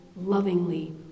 lovingly